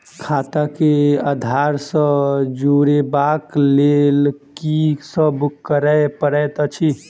खाता केँ आधार सँ जोड़ेबाक लेल की सब करै पड़तै अछि?